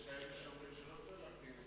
יש כאלה שאומרים שלא צריך להקטין את חובות המדינה,